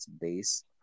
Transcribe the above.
base